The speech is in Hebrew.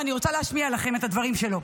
ואני רוצה להשמיע לכם את הדברים שלו: